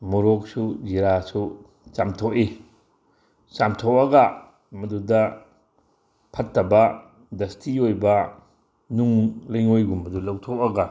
ꯃꯣꯔꯣꯛꯁꯨ ꯖꯤꯔꯥꯁꯨ ꯆꯝꯊꯣꯛꯏ ꯆꯝꯊꯣꯛꯑꯒ ꯃꯗꯨꯗ ꯐꯠꯇꯕ ꯗꯁꯇꯤ ꯑꯣꯏꯕ ꯅꯨꯡ ꯂꯩꯒꯣꯏꯒꯨꯝꯕꯗꯨ ꯂꯧꯊꯣꯛꯑꯒ